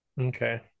okay